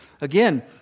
Again